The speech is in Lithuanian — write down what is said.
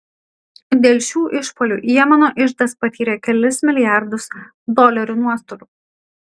dėl šių išpuolių jemeno iždas patyrė kelis milijardus dolerių nuostolių